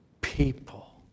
people